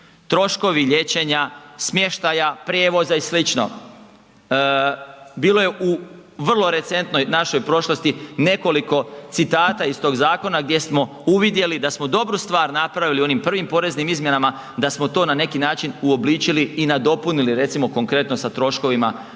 troškovi liječenja, smještaja, prijevoza i sl. Bilo je u vrlo recentnoj našoj prošlosti nekoliko citata iz tog zakona gdje smo uvidjeli da smo dobru stvar napravili u onim prvim poreznim izmjenama da smo to na neki način uobličili i nadopunili recimo konkretno sa troškovima prijevoza.